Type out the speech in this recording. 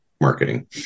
marketing